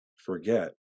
forget